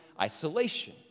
isolation